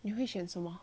你会选什么